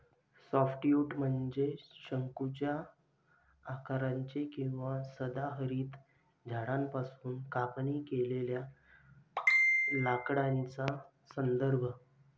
softwood म्हणजे शंकूच्या आकाराचे किंवा सदाहरित झाडांपासून कापणी केलेल्या लाकडाचा संदर्भ